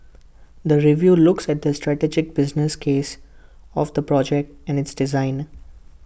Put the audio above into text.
the review looks at the strategic business case of the project and its design